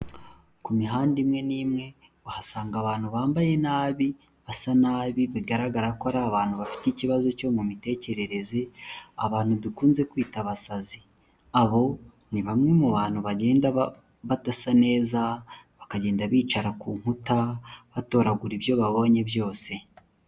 Ku mihanda imwe n'imwe uhasanga abantu bambaye nabi basa nabi bigaragara ko ari abantu bafite ikibazo cyo mu mitekerereze, abantu dukunze kwita abasazi, abo ni bamwe mu bantu bagenda badasa neza bakagenda bicara ku nkuta, batoragura ibyo babonye byose.